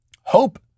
hope